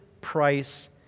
price